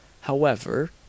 However